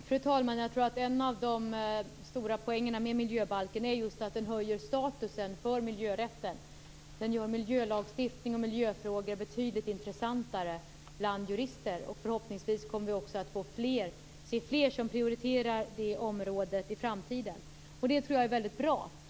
Fru talman! Jag tror att en av de stora poängerna med miljöbalken är att den höjer miljörättens status. Den gör miljölagstiftning och miljöfrågor betydligt intressantare bland jurister. Förhoppningsvis kommer också fler att prioritera de områdena i framtiden. Jag tror att det skulle vara väldigt bra.